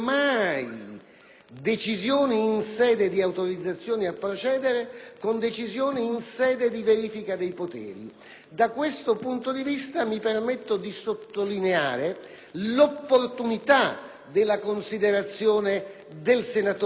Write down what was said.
decisioni in sede di autorizzazioni a procedere con decisioni in sede di verifica dei poteri. Da questo punto di vista mi permetto di sottolineare l'opportunità della considerazione del senatore Gasparri.